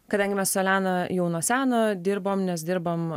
kadangi mes su elena jau nuo seno dirbome nes dirbam